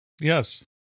Yes